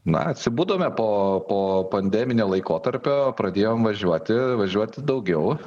na atsibudome po po pandeminio laikotarpio pradėjom važiuoti važiuoti daugiau